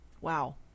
Wow